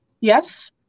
Yes